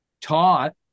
taught